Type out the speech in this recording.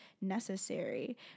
necessary